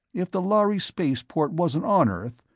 if the lhari spaceport wasn't on earth,